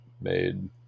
made